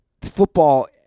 football